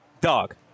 dog